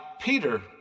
Peter